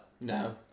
No